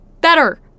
better